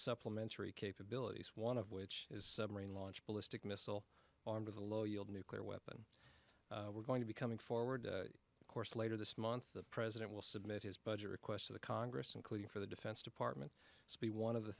supplementary capabilities one of which is launch ballistic missile armed with a low yield nuclear weapon we're going to be coming forward of course later this month the president will submit his budget requests to the congress including for the defense department spe one of the